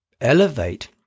elevate